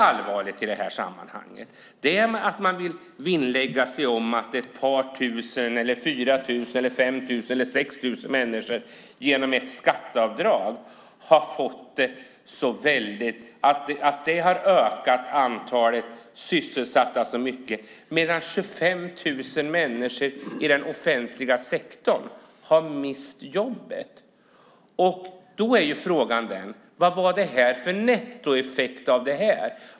Allvarligt i sammanhanget är att man vill vinnlägga sig om att antalet sysselsatta har ökat med ett par tusen eller kanske med 4 000, 5 000 eller 6 000 människor genom ett skatteavdrag - detta när 25 000 människor i offentliga sektorn har mist jobbet. Därför vill jag fråga: Vad blev nettoeffekten av detta?